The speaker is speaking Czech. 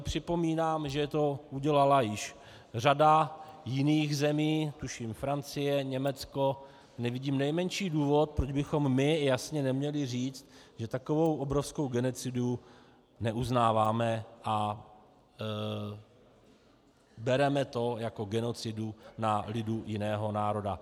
Připomínám, že to udělala již řada jiných zemí, tuším Francie, Německo, nevidím nejmenší důvod, proč bychom my jasně neměli říct, že takovou obrovskou genocidu neuznáme a bereme to jako genocidu na lidu jiného národa.